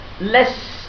less